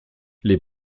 les